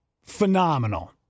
phenomenal